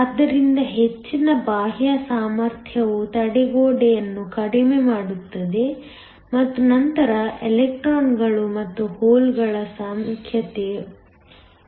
ಆದ್ದರಿಂದ ಹೆಚ್ಚಿನ ಬಾಹ್ಯ ಸಾಮರ್ಥ್ಯವು ತಡೆಗೋಡೆಯನ್ನು ಕಡಿಮೆ ಮಾಡುತ್ತದೆ ಮತ್ತು ನಂತರ ಎಲೆಕ್ಟ್ರಾನ್ ಗಳು ಮತ್ತು ಹೋಲ್ಗಳ ಸಂಖ್ಯೆಯನ್ನು ಹೆಚ್ಚಿಸುತ್ತದೆ